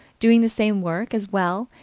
doing the same work as well,